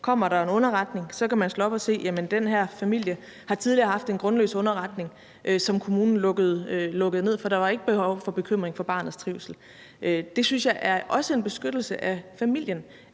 kommer en underretning, kan slå op og se, at den her familie tidligere har været genstand for en grundløs underretning, som kommunen lukkede ned, fordi der ikke var grund til bekymring for barnets trivsel. Det synes jeg også er en beskyttelse af familien,